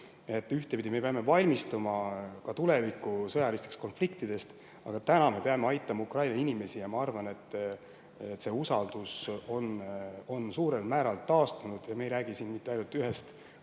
Ühtepidi me peame valmistuma ka tuleviku sõjalisteks konfliktideks, aga täna me peame aitama Ukraina inimesi. Ma arvan, et see usaldus on suurel määral taastunud. Ent me ei räägi siin mitte ainult